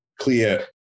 clear